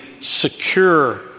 secure